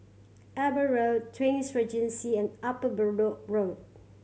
Eber Road Twin Regency and Upper Bedok Road